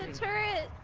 and turret